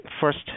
first